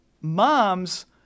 Moms